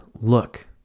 look